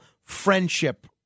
friendship